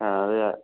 ആ അതെയാ